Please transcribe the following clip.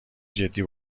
جدی